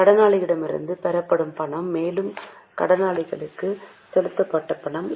கடனாளர்களிடமிருந்து பெறப்பட்ட பணம்மேலும் கடனாளிகளுக்கு செலுத்தப்பட்ட பணம்